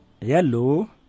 hello